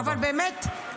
אבל באמת,